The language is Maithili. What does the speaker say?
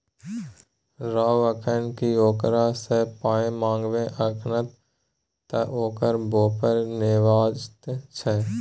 रौ अखन की ओकरा सँ पाय मंगबै अखन त ओकर बेपार नवजात छै